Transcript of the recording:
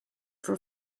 for